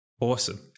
Awesome